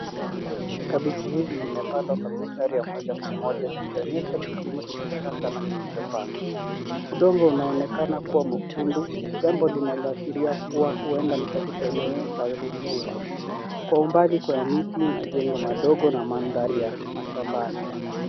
Kabichi hizi zimepandwa kwa mistari ya moja kwa moja zikionyesha kilimo cha kisasa na kilichopangwa. Udongo unaonekana kuwa mwekundu jambo linaloashiria kuwa huenda ni katika eneo la rutuba. Kwa umbali kuna miti, majengo madogo na mandhari ya mashambani.